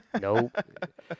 Nope